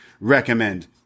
recommend